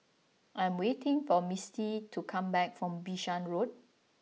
I am waiting for Mistie to come back from Bishan Road